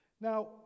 Now